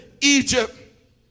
Egypt